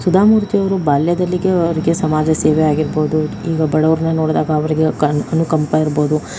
ಸುಧಾಮೂರ್ತಿ ಅವರು ಬಾಲ್ಯದಲ್ಲಿಗೆ ಅವರಿಗೆ ಸಮಾಜ ಸೇವೆ ಆಗಿರ್ಬೋದು ಈಗ ಬಡವರನ್ನು ನೋಡಿದಾಗ ಅವರಿಗೆ ಅನುಕಂಪ ಇರ್ಬೋದು